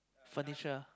furniture